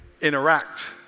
interact